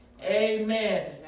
Amen